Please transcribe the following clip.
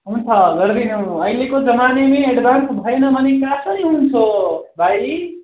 हुन्छ गरिदिनु अहिलेको जमानेमे एडभान्स भएन भने कसरी हुन्छ भाइ